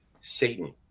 Satan